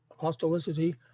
apostolicity